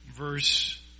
verse